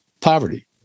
poverty